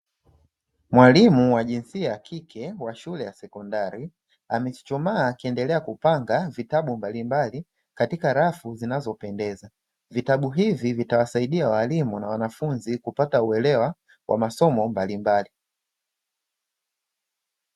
Mwalimu wa jinsia ya kike washule ya sekondari amechuchumaa akiendelea kupanga vitabu mbalimbali katika rafu zinazopendeza, vitabu hivi vitawasaidia walimu na wanafunzi kupata uelewa wa masomo mbalimbali.